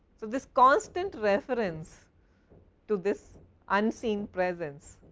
this constant reference to this unseen presence,